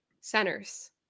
centers